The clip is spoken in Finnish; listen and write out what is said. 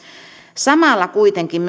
samalla kuitenkin